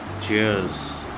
Cheers